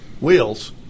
Wheels